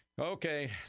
Okay